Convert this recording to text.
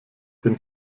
den